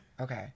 Okay